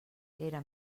era